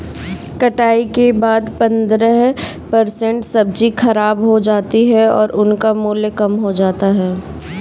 कटाई के बाद पंद्रह परसेंट सब्जी खराब हो जाती है और उनका मूल्य कम हो जाता है